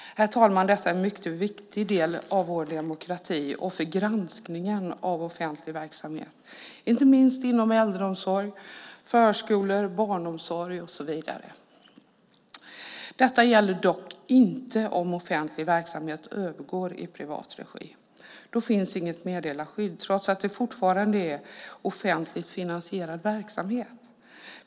Herr talman! Detta är en mycket viktig del av vår demokrati och för granskningen av offentlig verksamhet, inte minst inom äldreomsorg, förskolor, barnomsorg och så vidare. Detta gäller dock inte om offentlig verksamhet övergår i privat regi. Då finns inget meddelarskydd trots att det fortfarande är offentligt finansierad verksamhet.